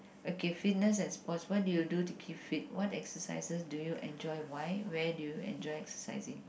okay fitness and sports what do you do to keep fit what exercises do you enjoy why where do you enjoy exercising